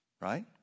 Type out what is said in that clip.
Right